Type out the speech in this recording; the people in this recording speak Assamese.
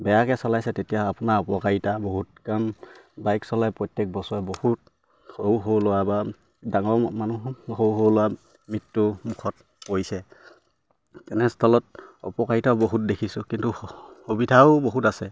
বেয়াকে চলাইছে তেতিয়া আপোনাৰ অপকাৰিতা বহুত কাৰণ বাইক চলাই প্ৰত্যেক বছৰে বহুত সৰু সৰু ল'ৰা বা ডাঙৰ মানুহ সৰু সৰু লোৱা মৃত্যুৰ মুখত পৰিছে তেনেস্থলত অপকাৰিতাও বহুত দেখিছোঁ কিন্তু সুবিধাও বহুত আছে